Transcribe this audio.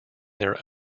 their